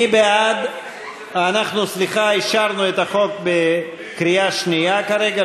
אנחנו אישרנו את החוק בקריאה שנייה כרגע,